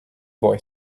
boy